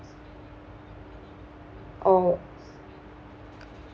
or